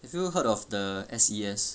have you heard of the S_E_S